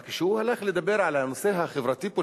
אבל כשהוא הלך לדבר על הנושא החברתי-פוליטי,